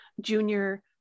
Junior